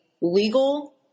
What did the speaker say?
legal